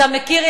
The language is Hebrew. אתה מכיר,